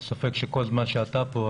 אין ספק שכל זמן שאתה כאן,